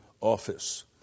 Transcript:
office